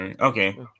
Okay